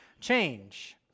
change